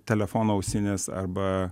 telefono ausinės arba